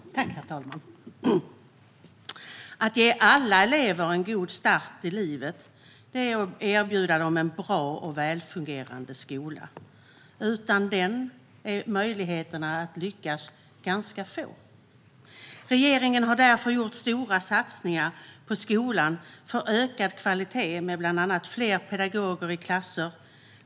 Herr talman! Att ge alla elever en god start i livet är att erbjuda dem en bra och välfungerande skola. Utan en sådan är möjligheterna att lyckas ganska små. Regeringen har därför gjort stora satsningar på skolan för ökad kvalitet, bland annat genom fler pedagoger i klasserna.